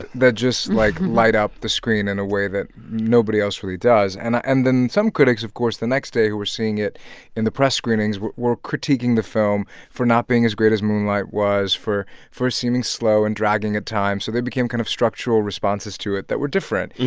that just, like, light up the screen in a way that nobody else really does. and and then some critics, of course, the next day who were seeing it in the press screenings were were critiquing the film for not being as great as moonlight was, for for seeming slow and dragging at times, so there became kind of structural responses to it that were different.